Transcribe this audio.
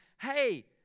hey